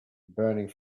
burning